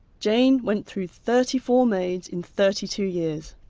jane went through thirty four maids in thirty two years.